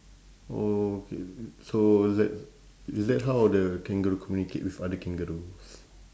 oh K so is that is that how the kangaroo communicate with other kangaroos